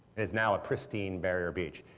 is now a pristine barrier beach.